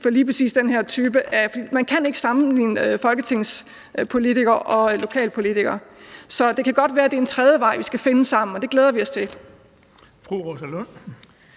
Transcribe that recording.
for lige præcis den her type, for man kan ikke sammenligne folketingspolitikere og lokalpolitikere, så det kan godt være, det er en tredje vej, vi skal finde sammen, og det glæder vi os til.